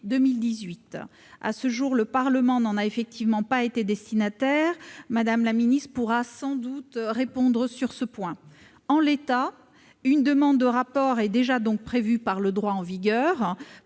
2018. À ce jour, le Parlement n'en a pas été destinataire. Mme la secrétaire d'État pourra sans doute répondre sur ce point. En l'état, une demande de rapport est donc déjà prévue par le droit en vigueur.